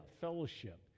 fellowship